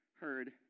heard